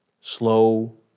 Slow